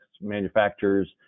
manufacturers